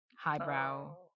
highbrow